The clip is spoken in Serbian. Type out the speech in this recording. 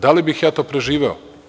Da li bih ja to preživeo?